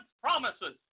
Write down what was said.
promises